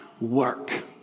work